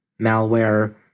malware